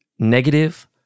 Negative